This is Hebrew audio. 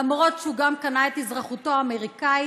למרות שהוא גם קנה את אזרחותו האמריקנית.